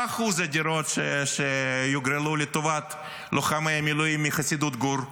מה אחוז הדירות שיוגרלו לטובת לוחמי המילואים מחסידות גור?